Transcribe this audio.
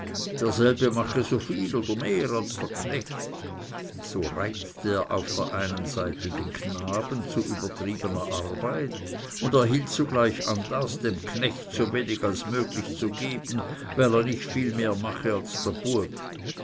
derselbe mache soviel oder mehr als der knecht so reizte er auf der einen seite den knaben zu übertriebener arbeit und erhielt zugleich anlaß dem knecht sowenig als möglich zu geben ihn demütig zu behalten weil er nicht viel mehr mache als der bueb